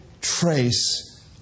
trace